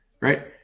right